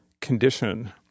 condition